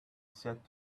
said